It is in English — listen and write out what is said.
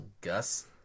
Gus